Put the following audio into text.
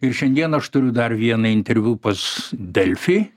ir šiandien aš turiu dar vieną interviu pas delfi